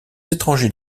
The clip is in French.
étrangers